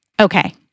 okay